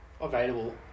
available